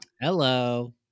Hello